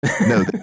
No